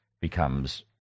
becomes